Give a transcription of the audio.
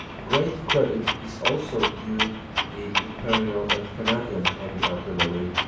great credit is also due the imperial and canadian heavy artillery,